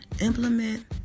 Implement